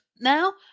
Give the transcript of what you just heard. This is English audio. now